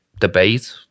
debate